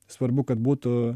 svarbu kad būtų